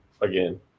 Again